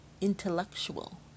Intellectual